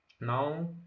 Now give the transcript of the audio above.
now